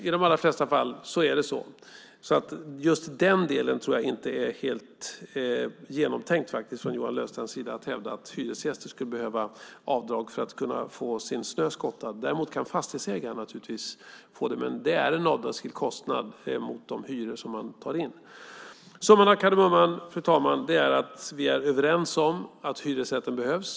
I de allra flesta fall är det på det sättet, så just i den delen tror jag inte att det är helt genomtänkt från Johan Löfstrands sida att hävda att hyresgäster skulle behöva få göra avdrag för att kunna få snön skottad. Däremot kan fastighetsägare naturligtvis få det. Det är en avdragsgill kostnad mot de hyror som tas in. Summan av kardemumman, fru talman, är att vi är överens om att hyresrätten behövs.